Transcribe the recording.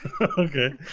Okay